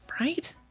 right